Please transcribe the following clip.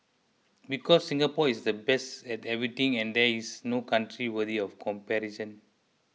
because Singapore is the best at everything and there is no country worthy of comparison